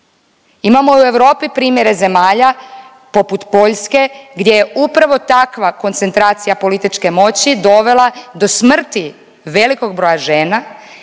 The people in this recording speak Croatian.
Imamo i u Europi primjere zemalja poput Poljske gdje je upravo takva koncentracija političke moći dovela do smrti velikog broja žena